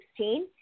2016